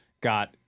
got